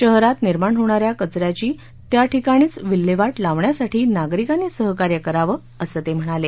शहरात निर्माण होणार्या कचर्याची त्याठिकाणीच विल्हेवाट लावण्यासाठी नागरिकांनी सहकार्य करावं असं ते म्हणाले